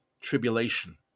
tribulation